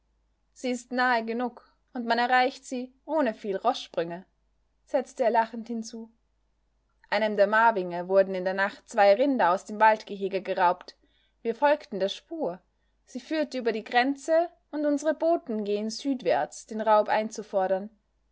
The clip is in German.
sie ist nahe genug und man erreicht sie ohne viel roßsprünge setzte er lachend hinzu einem der marvinge wurden in der nacht zwei rinder aus dem waldgehege geraubt wir folgten der spur sie führte über die grenze und unsere boten gehen südwärts den raub einzufordern